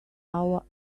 our